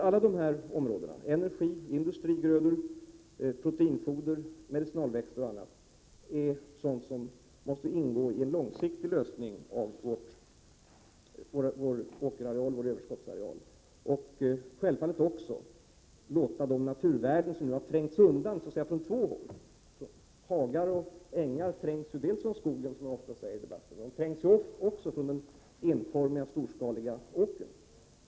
Alla de här områdena — energioch industrigrödor, proteinfoder, medicinalväxter och annat — måste ingå i en långsiktig lösning av problemet med vår överskottsareal. Naturvärden har nu trängts undan från två håll. Hagar och ängar trängs ju dels av skogen, såsom man ofta säger i debatten, dels av den enformiga, storskaliga åkern.